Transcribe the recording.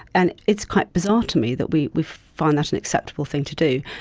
and it's quite bizarre to me that we we find that an acceptable thing to do.